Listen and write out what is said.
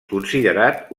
considerat